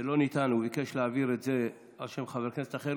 והוא ביקש להעביר את זה על שם חבר כנסת אחר.